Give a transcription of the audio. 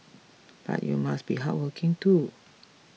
but you must be hardworking too